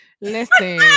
listen